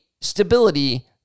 stability